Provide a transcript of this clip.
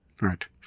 Right